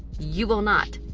you will not.